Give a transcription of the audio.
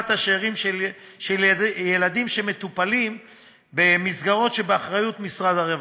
השאירים של ילדים שמטופלים במסגרות שבאחריות משרד הרווחה.